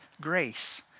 grace